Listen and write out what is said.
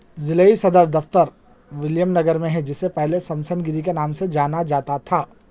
ضلعی صدر دفتر ولیم نگر میں ہے جسے پہلے سمسن گیری کے نام سے جانا جاتا تھا